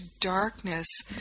darkness